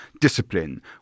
discipline